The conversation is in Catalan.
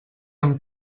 amb